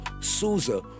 Souza